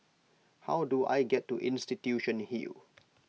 how do I get to Institution Hill